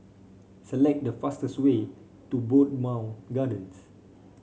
select the fastest way to Bowmont Gardens